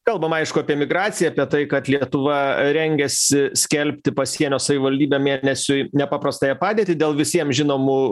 kalbam aišku apie migraciją apie tai kad lietuva rengiasi skelbti pasienio savivaldybė mėnesiui nepaprastąją padėtį dėl visiem žinomų